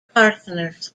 partners